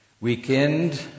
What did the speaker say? weekend